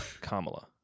Kamala